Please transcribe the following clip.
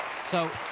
so,